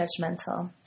judgmental